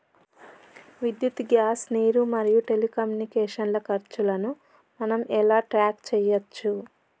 విద్యుత్ గ్యాస్ నీరు మరియు టెలికమ్యూనికేషన్ల ఖర్చులను మనం ఎలా ట్రాక్ చేయచ్చు?